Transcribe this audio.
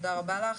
תודה רבה לך.